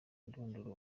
ndunduro